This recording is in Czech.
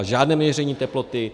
Žádné měření teploty.